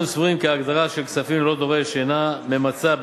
אנו סבורים כי הגדרה של "כספים ללא דורש" אינה ממצה,